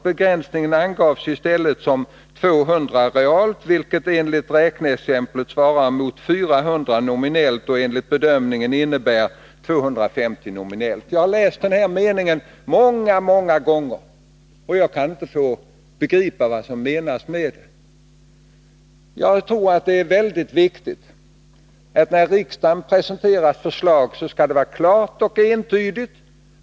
Begränsningen angavs i stället försvarsdeparteenligt bedömningen innebär '— 250 nominellt”.” mentets verksam Jag har läst denna mening många gånger, och jag kan inte begripa vad som hetsområde Jagtror att det är mycket viktigt att de förslag som riksdagen presenteras är klara och entydiga.